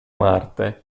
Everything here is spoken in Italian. marte